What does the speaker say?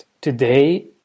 Today